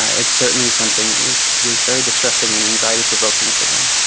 ah it's certainly something that was was very distressing and anxiety provoking for them.